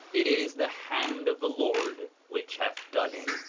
it is the hand of the lord which hath done it.